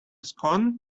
scone